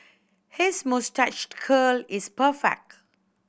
his moustache curl is perfect